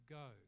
go